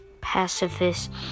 pacifist